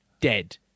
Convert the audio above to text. Dead